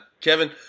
Kevin